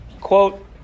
quote